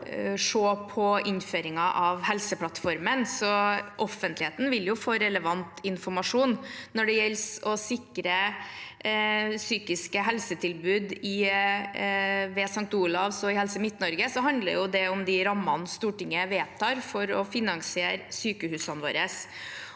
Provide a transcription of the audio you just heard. se på innføringen av Helseplattformen, så offentligheten vil få relevant informasjon. Når det gjelder å sikre psykiske helsetilbud ved St. Olavs hospital og i Helse Midt-Norge, handler det om de rammene Stortinget vedtar for å finansiere sykehusene våre.